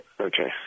Okay